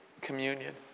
communion